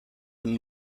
een